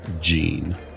Jean